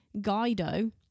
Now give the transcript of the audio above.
Guido